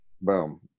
Boom